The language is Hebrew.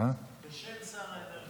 בשם שר האנרגיה.